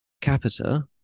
Capita